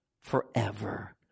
forever